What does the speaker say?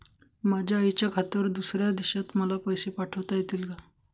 माझ्या आईच्या खात्यावर दुसऱ्या देशात मला पैसे पाठविता येतील का?